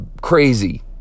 crazy